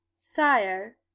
Sire